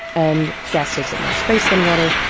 and gas takes up more space than water,